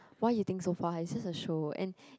why you think so far it's just a show and